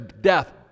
death